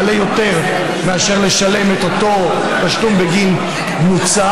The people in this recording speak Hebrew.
והיא תעלה יותר מאשר לשלם את אותו תשלום בגין מוצר,